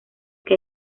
que